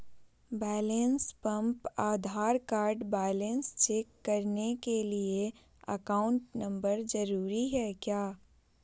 Balance pump Aadhaar card balance check करने के लिए अकाउंट नंबर जरूरी है क्या?